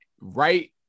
Right